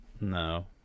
No